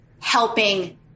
helping